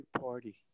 party